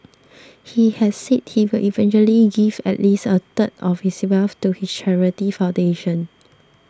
he has said he will eventually give at least a third of his wealth to his charity foundation